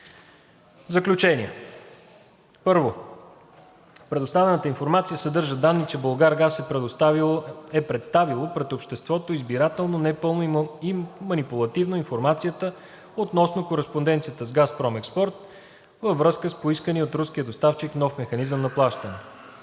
Заключения. 1. Предоставената информация съдържа данни, че „Булгаргаз“ е представило пред обществото избирателно, непълно и манипулативно информацията относно кореспонденцията с „Газпром Експорт“ във връзка с поискания от руския доставчик нов механизъм на плащане.